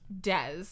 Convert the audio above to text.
Des